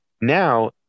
Now